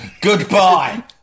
Goodbye